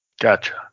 Gotcha